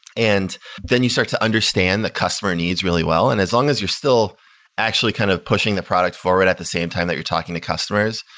and then you start to understand the customer needs really well. and as long as you're still actually kind of pushing the product forward at the same time that you're talking to customers,